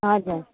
हजुर